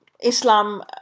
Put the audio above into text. Islam